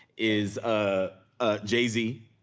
is ah ah jay z,